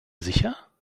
sicher